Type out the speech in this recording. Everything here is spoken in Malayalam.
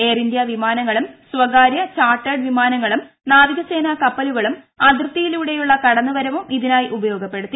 എയർ ഇന്ത്യ വിമാനങ്ങളും സ്വകാരൃ ചാർട്ടേഡ് വിമാനങ്ങളും നാവികസേന കപ്പലുകളും അതിർത്തിയിലൂടെയുള്ള കടന്നുവരവും ഇതിനായി ഉപയോഗപ്പെടുത്തി